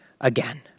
again